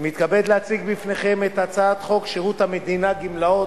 אני מתכבד להציג בפניכם את הצעת חוק שירות המדינה (גמלאות)